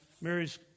Mary's